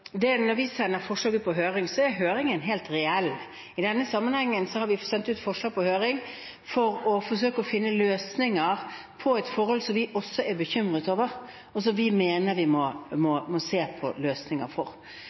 når vi sender forslag ut på høring, så er høringen helt reell. I denne sammenhengen har vi sendt ut forslag på høring for å forsøke å finne løsninger på et forhold som vi også er bekymret over, og som vi mener vi må se på løsninger for.